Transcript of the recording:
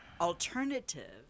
alternative